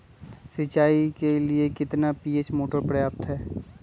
सिंचाई के लिए कितना एच.पी मोटर पर्याप्त है?